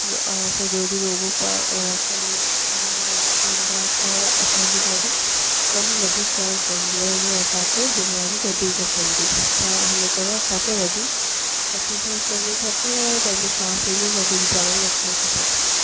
सॼो ॾींहुं रुगो पड़े पड़ल हूंदा त असांजी बॉडी कमु वधीक कोन कंदी ऐं हीअं असांखे बीमारियूं वधीक अचंदी त हिन करे असांखे वधीक एक्सरसाइज़ करणी खपे और पंहिंजो स्वास्थ्य जो वधीक ध्यानु रखिणो खपे